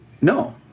No